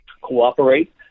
cooperate